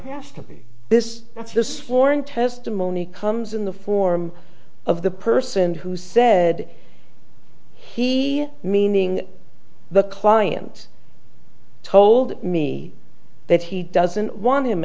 has to be this that's the sworn testimony comes in the form of the person who said he meaning the client told me that he doesn't want him